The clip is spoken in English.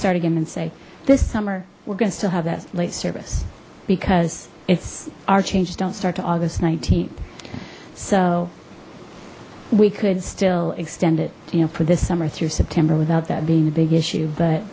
start again and say this summer we're gonna still have that late service because it's our changes don't start to august th so we could still extend it you know for this summer through september without that being a big issue but